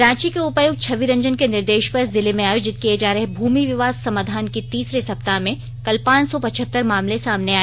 रांची के उपायुक्त छविरंजन के निर्देश पर जिले में आयोजित किये जा रहे भूमि विवाद समाधान के तीसरे सप्ताह में कल पांच सौ पचहत्तर मामले सामने आए